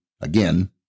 again